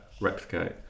replicate